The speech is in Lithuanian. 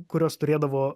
kuriuos turėdavo